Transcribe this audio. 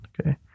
okay